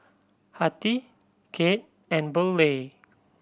Hattie Kade and Burleigh